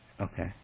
Okay